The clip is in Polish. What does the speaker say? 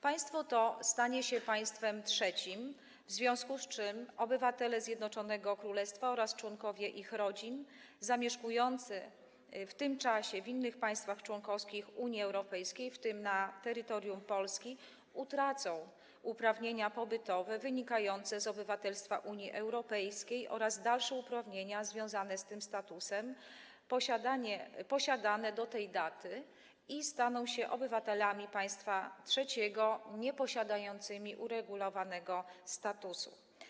Państwo to stanie się państwem trzecim, w związku z czym obywatele Zjednoczonego Królestwa oraz członkowie ich rodzin zamieszkujący w tym czasie w innych państwach członkowskich Unii Europejskiej, w tym na terytorium Polski, utracą uprawnienia pobytowe wynikające z obywatelstwa Unii Europejskiej oraz dalsze uprawnienia związane z tym statusem posiadane do tego dnia, tej daty i staną się obywatelami państwa trzeciego nieposiadającymi uregulowanego statusu.